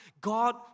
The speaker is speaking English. God